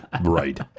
right